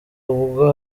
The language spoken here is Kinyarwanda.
ubwo